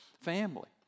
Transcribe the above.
family